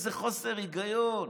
איזה חוסר היגיון.